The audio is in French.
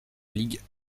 ligue